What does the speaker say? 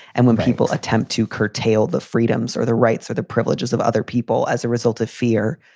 and when people attempt to curtail the freedoms or the rights or the privileges of other people as a result of fear,